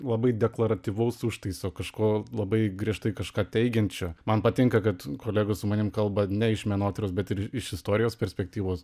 labai deklaratyvaus užtaiso kažko labai griežtai kažką teigiančio man patinka kad kolegos su manim kalba ne iš menotyros bet ir iš istorijos perspektyvos